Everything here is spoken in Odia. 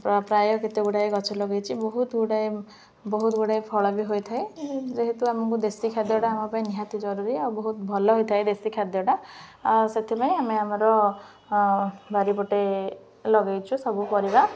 ପ୍ରାୟ କେତେଗୁଡ଼ାଏ ଗଛ ଲଗେଇଛି ବହୁତଗୁଡ଼ାଏ ବହୁତଗୁଡ଼ାଏ ଫଳ ବି ହୋଇଥାଏ ଯେହେତୁ ଆମକୁ ଦେଶୀ ଖାଦ୍ୟଟା ଆମ ପାଇଁ ନିହାତି ଜରୁରୀ ଆଉ ବହୁତ ଭଲ ହେଇଥାଏ ଦେଶୀ ଖାଦ୍ୟଟା ଆଉ ସେଥିପାଇଁ ଆମେ ଆମର ବାରିପଟେ ଲଗେଇଛୁ ସବୁ ପରିବା